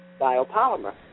biopolymer